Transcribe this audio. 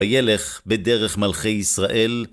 וילך בדרך מלכי ישראל.